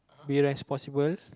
be responsible